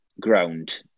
ground